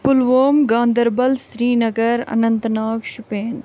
Pulwama Ganderbal Srinagar Anantnag Shopian